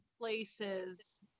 Places